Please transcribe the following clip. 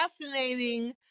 fascinating